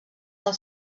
del